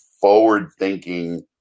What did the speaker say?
forward-thinking